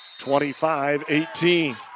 25-18